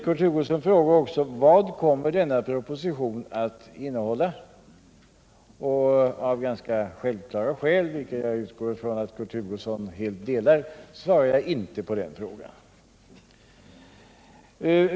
Kurt Hugosson frågade också: Vad kommer denna proposition att innehålla? Av ganska självklara skäl, vilka jag utgår från att Kurt Hugosson är helt införstådd med, svarar jag inte på den frågan.